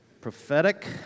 prophetic